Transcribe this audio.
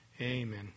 Amen